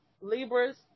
Libras